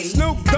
Snoop